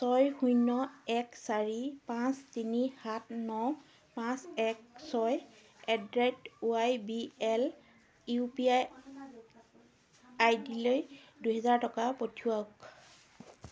ছয় শূন্য এক চাৰি পাঁচ তিনি সাত ন পাঁচ এক ছয় at the rate Y B L U P I I ডিলৈ দুহেজাৰ টকা পঠিৱাওক